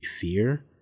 fear